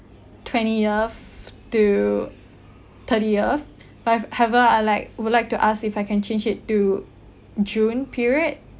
twentieth to thirtieth but however I like would like to ask if I can change it to june period